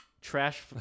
trash